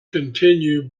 continue